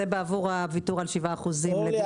זה עבור הוויתור על 7% לדיור ציבורי?